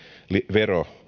vero